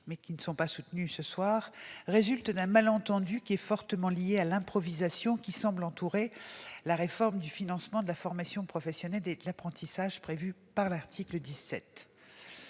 dispositions de cet amendement résultent d'un malentendu fortement lié à l'improvisation qui semble entourer la réforme du financement de la formation professionnelle et de l'apprentissage prévue par l'article 17.